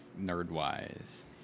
nerd-wise